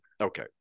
Okay